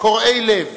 קורעי לב